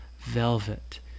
velvet